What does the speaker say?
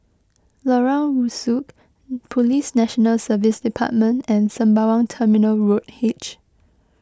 Lorong Rusuk Police National Service Department and Sembawang Terminal Road H